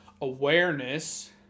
awareness